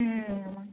ம்